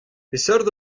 peseurt